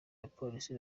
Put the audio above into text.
bapolisi